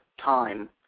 time